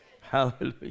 Hallelujah